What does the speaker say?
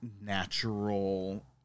natural